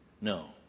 No